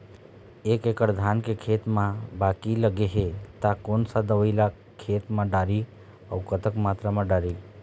एक एकड़ धान के खेत मा बाकी लगे हे ता कोन सा दवई ला खेत मा डारी अऊ कतक मात्रा मा दारी?